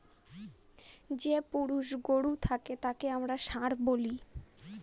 যে পুরুষ গরু থাকে তাকে আমরা ষাঁড় বলি